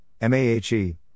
MAHE